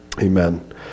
Amen